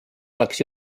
oleks